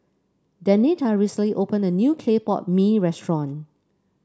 Denita recently opened a new Clay Pot Mee restaurant